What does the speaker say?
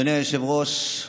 אדוני היושב-ראש,